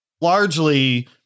largely